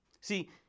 See